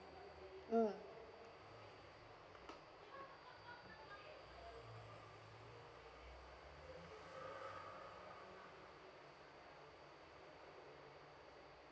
mm